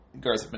Garth